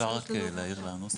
אם אפשר להעיר לנוסח.